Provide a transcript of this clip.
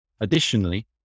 Additionally